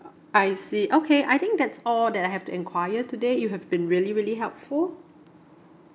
I see okay I think that's all that I have to enquire today you have been really really helpful